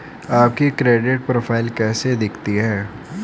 आपकी credit profile कैसी दिखती है?